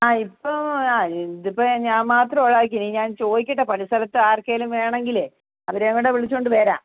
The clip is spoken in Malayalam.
ആ ഇപ്പോൾ ആ ഇതിപ്പോൾ ഞാൻ മാത്രമേ ഉള്ളൂവായിരിക്കും ഇനി ഞാൻ ചോദിക്കട്ടെ പണി സ്ഥലത്ത് ആർക്കെങ്കിലും വേണമെങ്കിലെ അവരേയും കൂടെ വിളിച്ചുകൊണ്ട് വരാം